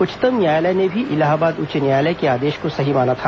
उच्चतम न्यायालय ने भी इलाहाबाद उच्च न्यायालय के आदेश को सही माना था